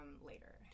later